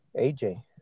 AJ